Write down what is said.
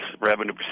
Revenue